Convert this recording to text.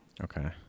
okay